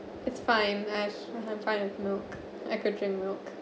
it's fine as I'm fine with milk I could drink milk